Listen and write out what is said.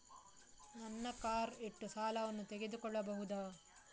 ನನ್ನ ಕಾರ್ ಇಟ್ಟು ಸಾಲವನ್ನು ತಗೋಳ್ಬಹುದಾ?